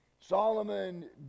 Solomon